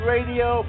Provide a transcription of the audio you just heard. Radio